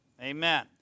Amen